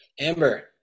Amber